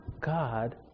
God